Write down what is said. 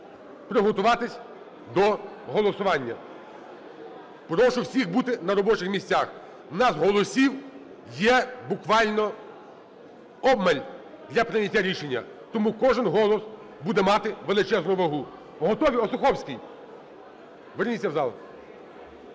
приготуватись до голосування. Прошу всіх бути на робочих місцях. У нас голосів є буквально обмаль для прийняття рішення. Тому кожен голос буде мати величезну вагу. Готові? Осуховський, верніться в зал.